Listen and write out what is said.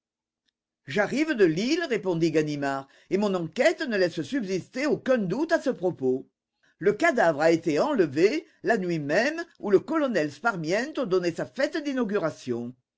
j'arrive de lille répondit ganimard et mon enquête ne laisse subsister aucun doute à ce propos le cadavre a été enlevé la nuit même où le colonel sparmiento donnait sa fête d'inauguration